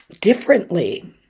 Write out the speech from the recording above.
differently